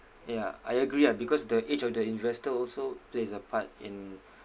yeah I agree ah because the age of the investor also plays a part in